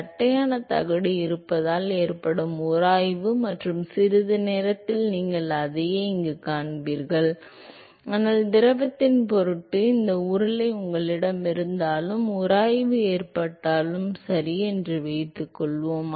தட்டையான தகடு இருப்பதால் ஏற்படும் உராய்வு மற்றும் சிறிது நேரத்தில் நீங்கள் அதையே இங்கு காண்பீர்கள் ஆனால் திரவத்தின் பொருட்டு இந்த உருளை உங்களிடம் இருந்தாலும் உராய்வு ஏற்பட்டாலும் சரி என்று வைத்துக்கொள்வோம்